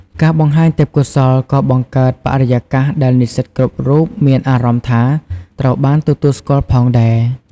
ការបង្ហាញទេពកោសល្យក៏បង្កើតបរិយាកាសដែលនិស្សិតគ្រប់រូបមានអារម្មណ៍ថាត្រូវបានទទួលស្គាល់ផងដែរ។